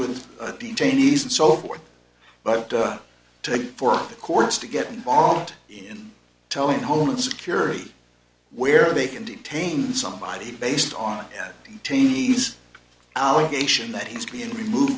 with detainees and so forth but take for the courts to get involved in telling homeland security where they can detain somebody based on cheney's allegation that he's been removed